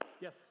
Yes